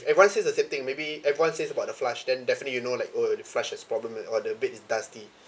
everyone says the same thing maybe everyone says about the flush then definitely you know like oh the flush has problem and or the bed is dusty